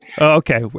okay